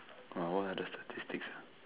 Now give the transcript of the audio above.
uh what are the statistics ah